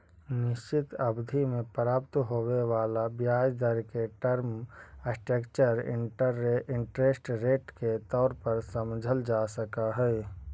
निश्चित अवधि में प्राप्त होवे वाला ब्याज दर के टर्म स्ट्रक्चर इंटरेस्ट रेट के तौर पर समझल जा सकऽ हई